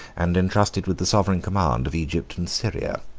and intrusted with the sovereign command of egypt and syria.